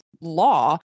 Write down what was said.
law